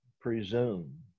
presume